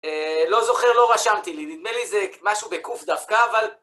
לא זוכר, לא רשמתי לי. נדמה לי זה משהו בקוף דווקא, אבל...